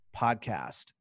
Podcast